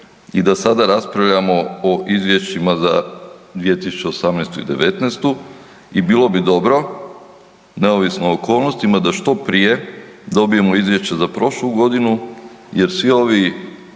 i da sada raspravljamo za 2018. i '19. i bilo bi dobro, neovisno o okolnostima da što prije dobijemo izvješće za prošlu godinu jer svi ovi